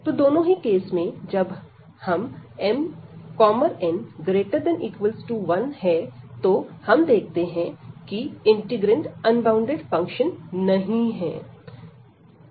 तो दोनों ही केस में जब mn≥1 है तो हम देखते हैं कि इंटीग्रैंड अनबॉउंडेड फंक्शन नहीं है